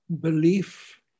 belief